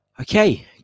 Okay